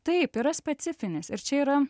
taip yra specifinis ir čia yra